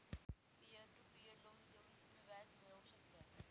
peer to peer loan देऊन तुम्ही व्याज मिळवू शकता